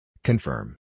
Confirm